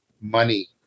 money